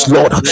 Lord